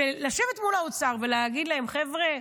לשבת מול האוצר ולהגיד להם: חבר'ה,